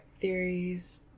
theories